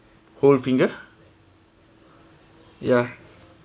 whole finger ya